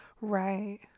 Right